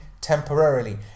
temporarily